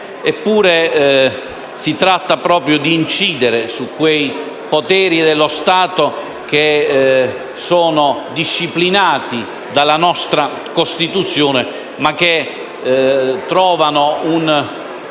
Eppure si tratta proprio di incidere su quei poteri dello Stato che sono disciplinati dalla nostra Costituzione, ma che trovano un